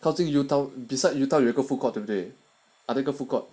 靠近 utown beside utown 有一个 food court 对不对那个 food court